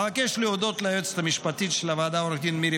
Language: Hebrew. אבקש להודות ליועצת המשפטית של הוועדה עו"ד מירי